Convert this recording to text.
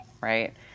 Right